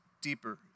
deeper